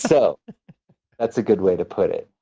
so that's a good way to put it.